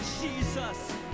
Jesus